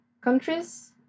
countries